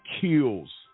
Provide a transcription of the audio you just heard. kills